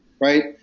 right